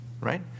right